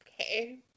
Okay